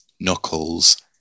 Knuckles